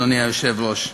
אדוני היושב-ראש.